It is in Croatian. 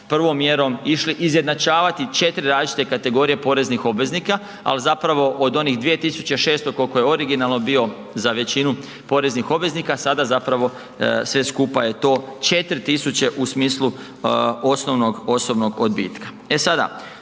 prvom mjerom išli izjednačavati 4 različite kategorije poreznih obveznika, ali zapravo od onih 2.600 koliko je originalno bio za većinu poreznih obveznika sada zapravo sve skupa je to 4.000 u smislu osnovnog osobnog odbitka.